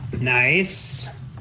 Nice